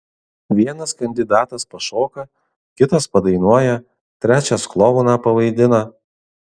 vienas kandidatas pašoka kitas padainuoja trečias klouną pavaidina